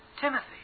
Timothy